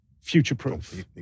future-proof